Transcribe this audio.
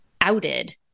outed